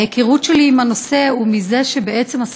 ההיכרות שלי עם הנושא היא מזה שהספרים